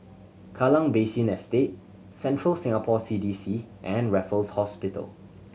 Kallang Basin Estate Central Singapore C D C and Raffles Hospital